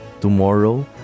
Tomorrow